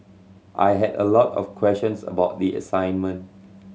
I had a lot of questions about the assignment